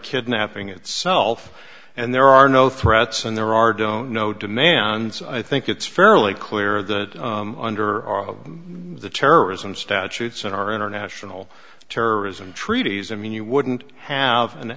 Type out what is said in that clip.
kidnapping itself and there are no threats and there are don't know demands i think it's fairly clear that under the terrorism statutes in our international terrorism treaties i mean you wouldn't have an